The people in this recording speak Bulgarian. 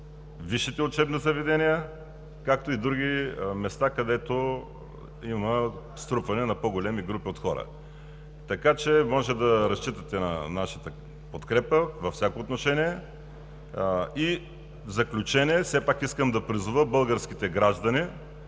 висшите учебни заведения, както и други места, където има струпване на по-големи групи от хора. Може да разчитате на нашата подкрепа във всяко отношение. В заключение, все пак искам да призова българските граждани